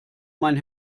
mein